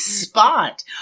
spot